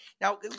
Now